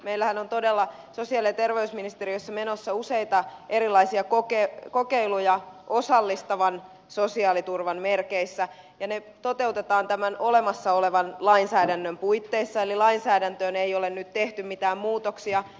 meillähän on todella sosiaali ja terveysministeriössä menossa useita erilaisia kokeiluja osallistavan sosiaaliturvan merkeissä ja ne toteutetaan tämän olemassa olevan lainsäädännön puitteissa eli lainsäädäntöön ei ole nyt tehty mitään muutoksia